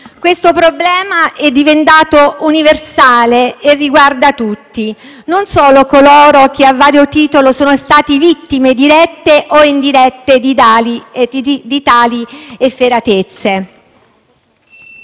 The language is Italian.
Questo problema è diventato universale e riguarda tutti, e non solo coloro che a vario titolo sono stati vittime dirette o indirette di tali efferatezze.